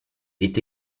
est